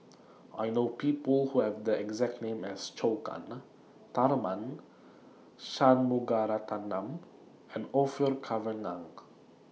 I know People Who Have The exact name as Zhou Can Tharman Shanmugaratnam and Orfeur Cavenagh